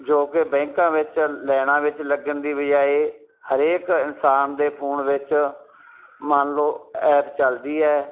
ਜੋ ਕਿ ਬੈਂਕਾਂ ਵਿੱਚ ਲਾਈਨਾਂ ਵਿੱਚ ਲੱਗਣ ਦੀ ਬਜਾਏ ਹਰੇਕ ਇਨਸਾਨ ਦੇ ਫੋਨ ਵਿੱਚ ਮੰਨ ਲਓ ਐਪ ਚੱਲਦੀ ਹੈ